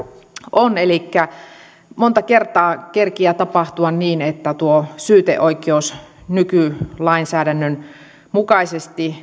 on elikkä monta kertaa kerkiää tapahtua niin että tuo syyteoikeus vanhentuu nykylainsäädännön mukaisesti